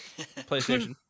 PlayStation